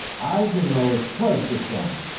i dunno as t was the son.